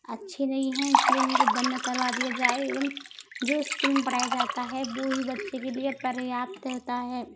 अच्छी नहीं है इस लिए इन को बंद करवा दिया जाए एवं जो स्कूल में पढ़ाया जाता है वो ही बच्चों के लिए पर्याप्त रहता है